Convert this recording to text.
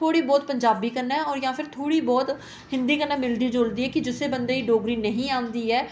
थोह्ड़ी बहुत पजांबी कन्नै जां फिर थोह्ड़ी बहुत हिंदी कन्नै मिलदी जुलदी ऐ कि जिसी बंदे गी डोगरी नेईं आंदी ऐ अगर ओह्